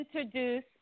introduce